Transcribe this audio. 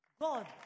God